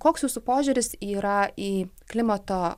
o koks jūsų požiūris yra į klimato